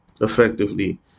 effectively